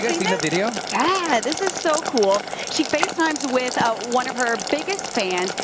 you seen the video? yeah. this is so cool. she face times with ah one of her biggest fans,